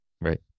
right